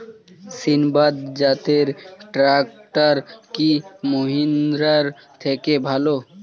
সিণবাদ জাতের ট্রাকটার কি মহিন্দ্রার থেকে ভালো?